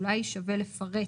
אולי כדאי לפרט.